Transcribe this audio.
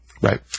Right